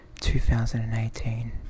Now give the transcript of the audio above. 2018